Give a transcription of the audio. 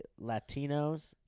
Latinos